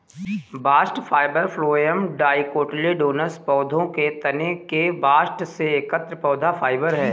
bast fibre phloem dicotyledonous पौधों के तने के बास्ट से एकत्र पौधा फाइबर है